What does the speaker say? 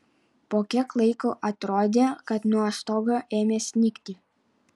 po kiek laiko atrodė kad nuo stogo ėmė snigti